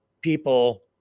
people